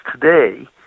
today